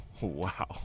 wow